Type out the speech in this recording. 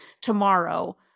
tomorrow